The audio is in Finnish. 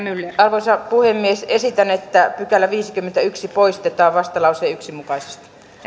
arvoisa puhemies esitän että viideskymmenesensimmäinen pykälä poistetaan vastalauseen yksi mukaisesti